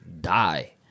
die